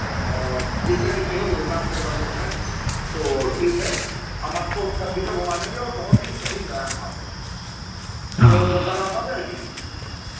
और सीटें जितनी हैं उस हिसाब से अगर लोग हैं तो ठीक है हम आपको सब जगह घुमा देंगे और बहुत ही सही किराया हम आपसे लेंगे तो कल आप आ जाएँगी